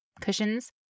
cushions